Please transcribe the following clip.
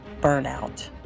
Burnout